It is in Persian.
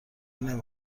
نمی